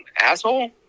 asshole